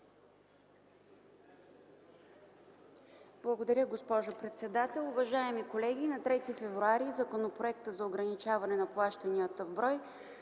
Благодаря, госпожо председател. Уважаеми колеги, на 3 февруари т.г. Законопроектът за ограничаване на плащанията в брой